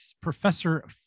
Professor